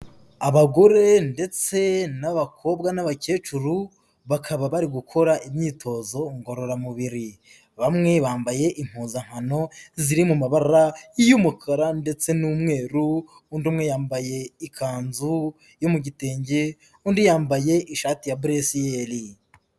Abagore ndetse n'abakobwa n'abakecuru bakaba bari gukora imyitozo ngororamubiri, bamwe bambaye impuzankano ziri mu mabara y'umukara ndetse n'umweru, undi umwe yambaye ikanzu yo mu gitenge undi yambaye ishati ya buresiyeri.